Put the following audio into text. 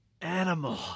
animal